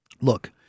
Look